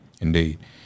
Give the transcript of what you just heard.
Indeed